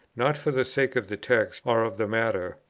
not for the sake of the text or of the matter,